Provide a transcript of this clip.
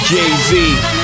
Jay-Z